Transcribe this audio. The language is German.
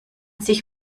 sich